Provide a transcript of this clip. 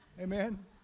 Amen